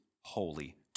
holy